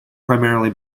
primarily